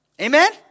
Amen